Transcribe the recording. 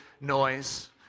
noise